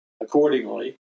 accordingly